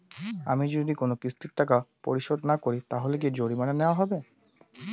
আমি যদি কোন কিস্তির টাকা পরিশোধ না করি তাহলে কি জরিমানা নেওয়া হবে?